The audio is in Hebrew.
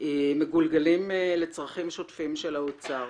מגולגלים לצרכים שוטפים של האוצר